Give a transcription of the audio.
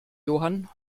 johann